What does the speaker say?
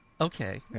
Okay